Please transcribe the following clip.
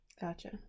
Gotcha